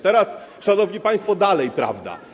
Teraz, szanowni państwo, dalej prawda.